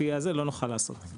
לא נוכל לעשות זאת,